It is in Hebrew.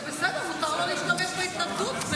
זה בסדר, מותר לו להשתמש בהתנגדות.